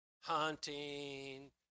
hunting